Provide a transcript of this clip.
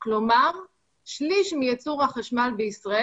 כל אחד בתחום סמכותו,